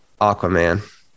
Aquaman